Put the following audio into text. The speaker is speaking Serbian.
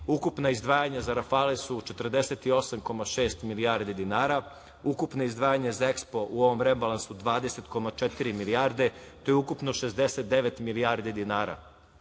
ukupna izdvajanja za "Rafale" su 48,6 milijardi dinara, ukupna izdvajanja za EKSPO u ovom rebalansu 20,4 milijarde. To je ukupno 69 milijardi dinara.